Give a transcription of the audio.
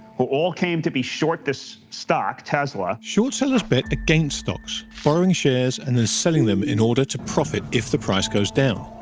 who all came to be short this stock, tesla. short sellers bet against stocks, borrowing shares, and then selling them in order to profit if the price goes down.